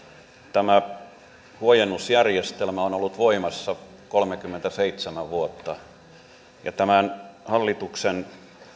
tämä huojennusjärjestelmä on ollut voimassa kolmekymmentäseitsemän vuotta ja tämän hallituksen